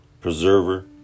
preserver